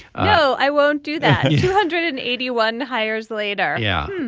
oh i won't do that two hundred and eighty one hires later yeah.